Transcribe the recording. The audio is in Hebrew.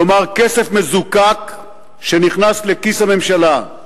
כלומר כסף מזוקק שנכנס לכיס הממשלה.